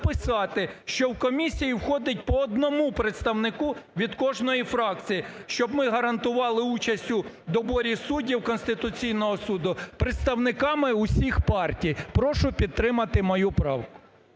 що в комісію входить по одному представнику від кожної фракції, щоб ми гарантували участь у доборі суддів Конституційного Суду представниками усіх партій. Прошу підтримати мою правку.